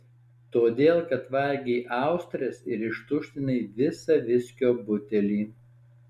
todėl kad valgei austres ir ištuštinai visą viskio butelį